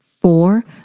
four